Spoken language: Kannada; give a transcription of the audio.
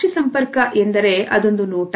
ಅಕ್ಷಿ ಸಂಪರ್ಕ ಎಂದರೆ ಅದೊಂದು ನೋಟ